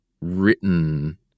written